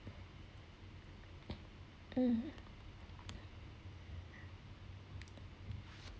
mm